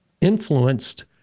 influenced